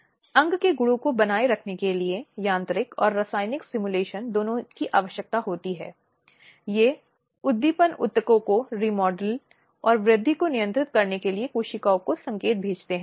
हालांकि घरेलू हिंसा अधिनियम में इसका उल्लेख मिलता है और एक महिला हालांकि वह आपराधिक कानून के तहत सहारा नहीं ले सकती है